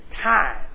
time